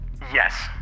Yes